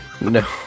no